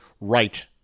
right